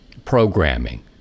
Programming